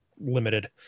limited